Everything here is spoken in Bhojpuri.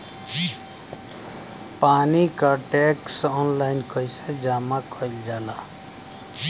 पानी क टैक्स ऑनलाइन कईसे जमा कईल जाला?